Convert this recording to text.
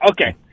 Okay